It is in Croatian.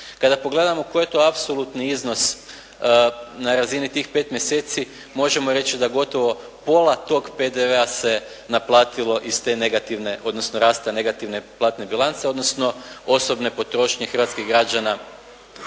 Kada pogledamo koji je to apsolutni iznos na razini tih 5 mjeseci možemo reći da gotovo pola tog PDV-a se naplatilo iz te negativne, odnosno rasta negativne platne bilance, odnosno osobne potrošnje hrvatskih građana